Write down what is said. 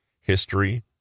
history